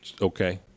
okay